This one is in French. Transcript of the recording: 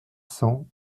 cent